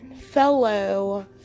fellow